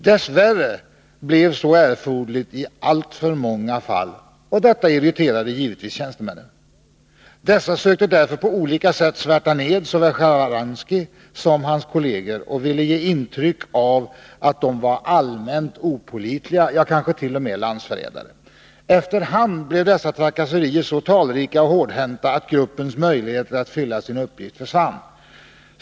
Dess värre blev så erforderligt i alltför många fall, och detta irriterade givetvis tjänstemännen. Dessa sökte därför på olika sätt svärta ned såväl Sjtjaranskij som hans kolleger och ge intryck av att de var allmänt opålitliga — ja, kanske t.o.m. landsförrädare. Efter hand blev dessa trakasserier så talrika och hårdhänta att gruppens möjligheter att fylla sin uppgift försvann.